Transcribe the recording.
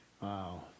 Wow